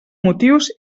motius